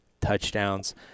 touchdowns